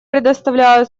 предоставляю